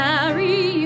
Carry